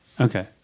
Okay